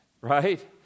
right